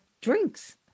drinks